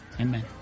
Amen